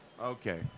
Okay